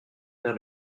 faire